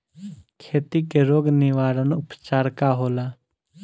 खेती के रोग निवारण उपचार का होला?